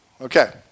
Okay